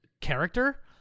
character